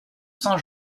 saint